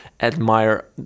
admire